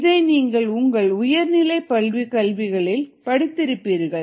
இதை நீங்கள் உங்கள் உயர் நிலை பள்ளிக்கல்வியில் படித்திருப்பீர்கள்